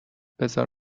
بزار